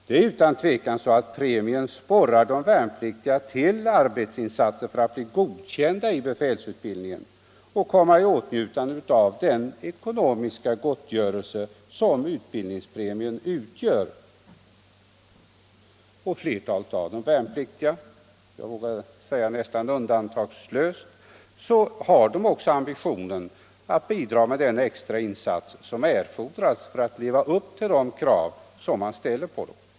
Det är utan tvivel så att premien sporrar de värnpliktiga till arbetsinsatser för att bli godkända i befälsutbildningen och komma i åtnjutande av den ekonomiska gottgörelse som utbildningspremien utgör. Flertalet av de värnpliktiga — jag vågar säga nästan undantagslöst — har också ambitionen att bidra med den extra insats som erfordras för att leva upp till de krav som ställs på dem.